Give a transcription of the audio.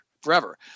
forever